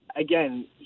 again